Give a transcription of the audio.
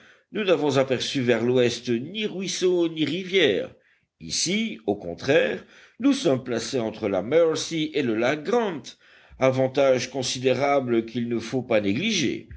nous n'avons aperçu vers l'ouest ni ruisseau ni rivière ici au contraire nous sommes placés entre la mercy et le lac grant avantage considérable qu'il ne faut pas négliger